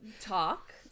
talk